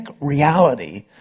reality